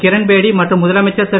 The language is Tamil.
கிரண்பேடி மற்றும் முதலமைச்சர் திரு